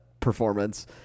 performance